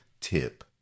tip